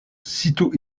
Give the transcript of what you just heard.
sitôt